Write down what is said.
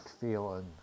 feeling